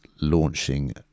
launching